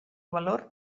valor